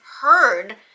heard